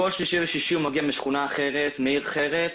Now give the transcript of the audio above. כל שלישי ושישי הוא מגיע משכונה אחרת, מעיר אחרת,